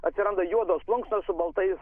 atsiranda juodos plunksnos su baltais